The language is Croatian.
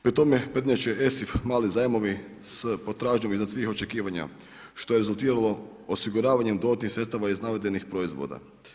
Pri tome prednjače ESIF mali zajmovi s potražnjom iznad svih očekivanja što je rezultiralo osiguravanjem dodatnih sredstava iz navedenih proizvoda.